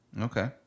Okay